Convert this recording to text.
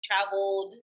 traveled